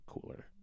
cooler